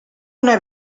una